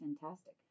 fantastic